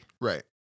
right